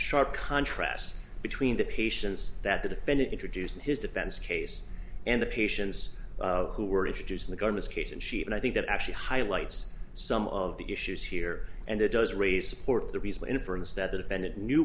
sharp contrast between the patients that the defendant introduced in his defense case and the patients who were introduced in the government's case and she and i think that actually highlights some of the issues here and it does raise support the re